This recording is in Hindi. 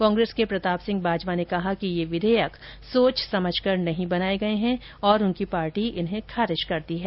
कांग्रेस के प्रताप सिंह बाजवा ने कहा कि ये विधेयक सोच समझकर नहीं बनाए गये हैं और उनकी पार्टी इन्हें खारिज करती है